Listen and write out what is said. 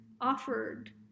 offered